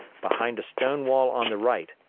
behind a stone wall on the right,